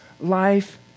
life